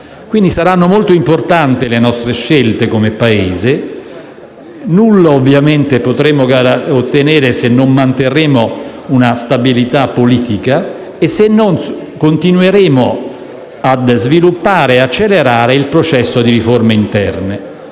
quindi molto importanti le nostre scelte come Paese e nulla potremo ottenere se non manterremo una stabilità politica e se non continueremo a sviluppare e ad accelerare il processo di riforme interne.